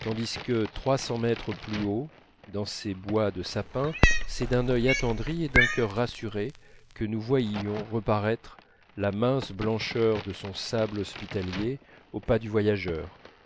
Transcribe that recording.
tandis que trois cents mètres plus haut dans ces bois de sapins c'est d'un œil attendri et d'un cœur rassuré que nous voyions reparaître la mince blancheur de son sable hospitalier au pas du voyageur